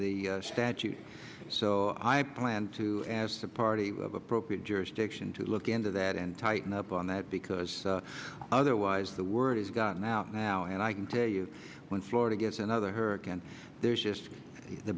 the statute so i plan to ask the party appropriate jurisdiction to look into that and tighten up on that because otherwise the word has gotten out now and i can tell you when florida gets another her again there's just the